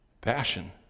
passion